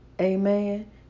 Amen